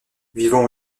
vivant